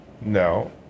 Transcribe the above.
No